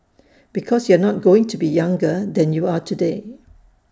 because you are not going to be younger than you are today